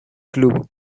club